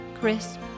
crisp